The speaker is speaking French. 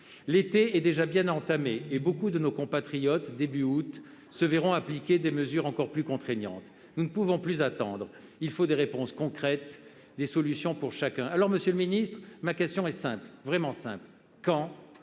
L'été est déjà bien entamé, et beaucoup de nos compatriotes, début août, se verront appliquer des mesures encore plus contraignantes. Nous ne pouvons plus attendre, il faut des réponses concrètes et des solutions pour chacun. Alors, ma question est simple, vraiment simple : quand